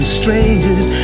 strangers